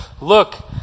look